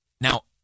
Now